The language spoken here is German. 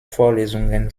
vorlesungen